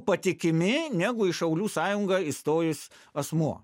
patikimi negu į šaulių sąjungą įstojus asmuo